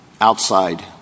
outside